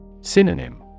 Synonym